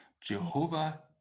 Jehovah